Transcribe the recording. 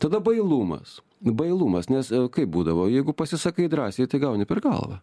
tada bailumas bailumas nes kaip būdavo jeigu pasisakai drąsiai tai gauni per galvą